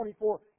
24